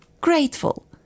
Grateful